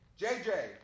JJ